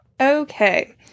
Okay